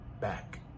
back